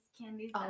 candies